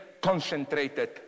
concentrated